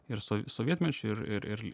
ir so sovietmečiu ir ir ir